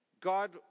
God